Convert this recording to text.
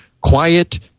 quiet